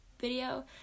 video